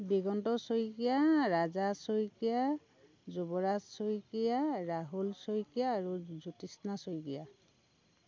দিগন্ত শইকীয়া ৰাজা শইকীয়া যুৱৰাজ শইকীয়া ৰাহুল শইকীয়া আৰু জ্যোতিস্না শইকীয়া